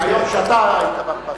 מהיום שאתה היית בכנסת,